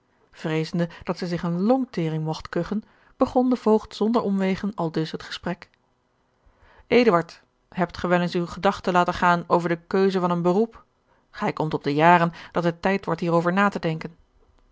vreezende dat zij zich eene longtering mogt kugchen begon de voogd zonder omwegen aldus het gesprek eduard hebt gij wel eens uwe gedachten laten gaan over de keuze van een beroep gij komt op de jaren dat het tijd wordt hierover na te denken